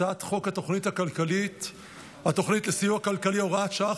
הצעת חוק התוכנית לסיוע כלכלי (הוראת שעה,